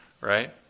Right